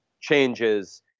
changes